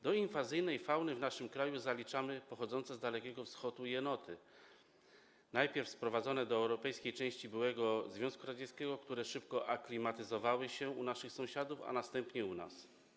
Do inwazyjnej fauny w naszym kraju zaliczamy pochodzące z Dalekiego Wschodu jenoty, najpierw sprowadzone do europejskiej części byłego Związku Radzieckiego, które szybko aklimatyzowały się u naszych sąsiadów, a następnie u nas.